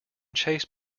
chased